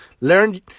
learn